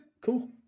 cool